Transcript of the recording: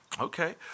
Okay